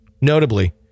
notably